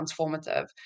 transformative